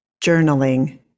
journaling